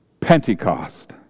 Pentecost